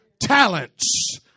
talents